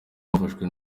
bafashwe